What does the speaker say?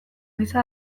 giza